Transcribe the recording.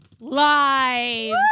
live